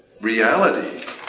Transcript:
reality